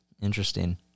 Interesting